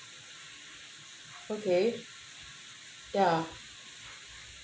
okay ya